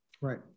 Right